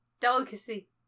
Delicacy